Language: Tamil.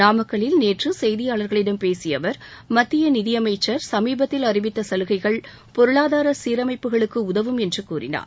நாமக்கல்லில் நேற்று செய்தியாளர்களிடம் பேசிய அவர் மத்திய நிதியமைச்சர் சுமீபத்தில் அறிவித்த சலுகைகள் பொருளாதார சீரமைப்புகளுக்கு உதவும் என்று கூறினார்